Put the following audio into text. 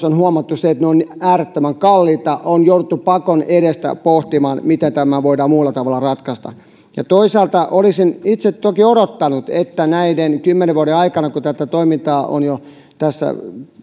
on huomattu että ne ovat äärettömän kalliita on jouduttu pakon edessä pohtimaan miten tämä voidaan muulla tavalla ratkaista ja toisaalta olisin itse toki odottanut että näiden kymmenen vuoden aikana kun tämän toiminnan tuloksia on tässä